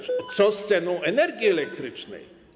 Co z ceną energii elektrycznej?